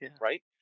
right